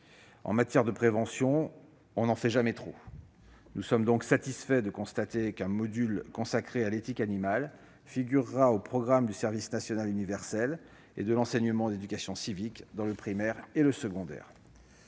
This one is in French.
En matière de prévention, on n'en fait jamais trop : nous sommes donc satisfaits de constater qu'un module consacré à l'éthique animale figurera au programme du service national universel et de celui de l'enseignement moral et civique dans le primaire et le secondaire.